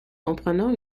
comprenant